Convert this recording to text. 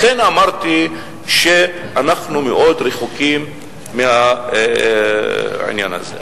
לכן אמרתי שאנחנו מאוד רחוקים מהעניין הזה.